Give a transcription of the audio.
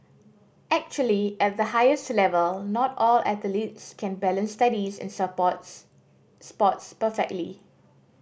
actually at the highest level not all athletes can balance studies and sports sports perfectly